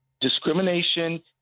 discrimination